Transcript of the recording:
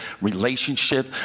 relationship